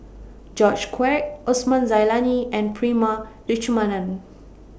George Quek Osman Zailani and Prema Letchumanan